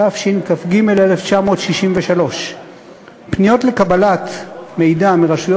התשכ"ג 1963. פניות לקבלת מידע מרשויות